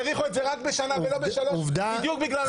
האריכו את זה רק בשנה ולא בשלוש בדיוק בגלל הנושא הזה.